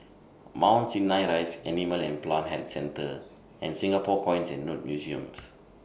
Mount Sinai Rise Animal and Plant Health Centre and Singapore Coins and Notes Museums